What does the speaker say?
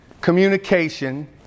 communication